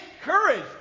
courage